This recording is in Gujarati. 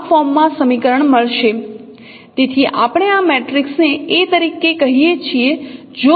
તેથી આપણે આ મેટ્રિક્સને A તરીકે કહીએ છીએ